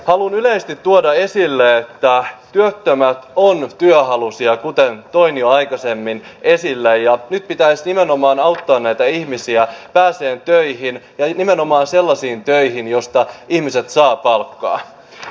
haluan yleisesti tuoda esille että työttömät ovat työhaluisia kuten toin jo aikaisemmin esille ja nyt pitäisi nimenomaan auttaa näitä ihmisiä pääsemään töihin ja nimenomaan sellaisiin töihin joista ihmiset saavat palkkaa